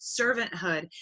servanthood